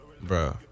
Bro